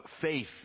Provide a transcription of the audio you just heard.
faith